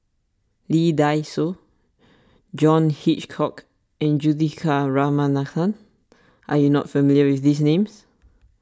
Lee Dai Soh John Hitchcock and Juthika Ramanathan are you not familiar with these names